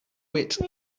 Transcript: wit